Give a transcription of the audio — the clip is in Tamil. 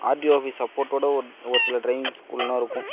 ஆர்டிஓ ஆஃபீஸ் சப்போட்டோட ஓ ஒரு சில ட்ரைவிங் ஸ்கூல்லெலாம் இருக்கும்